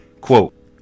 Quote